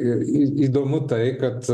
ir įdomu tai kad